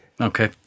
Okay